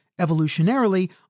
Evolutionarily